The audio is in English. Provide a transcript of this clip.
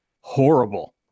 horrible